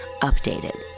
Updated